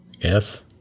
Yes